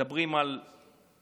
מדברים על אהבה,